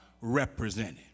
represented